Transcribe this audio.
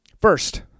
First